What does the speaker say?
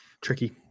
tricky